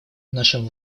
нашим